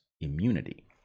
immunity